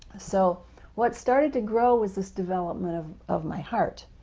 so what started to grow was this development of of my heart,